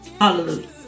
Hallelujah